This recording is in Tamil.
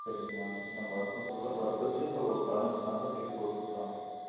சரிங்களா இன்னும் வருசம் ஃபுல்லா வருசத்திலே இப்போ ஓ பதினஞ்சி நாள் தான் லீவு போட்டிருக்கான்